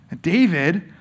David